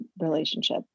relationship